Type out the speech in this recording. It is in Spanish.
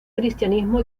cristianismo